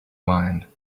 mind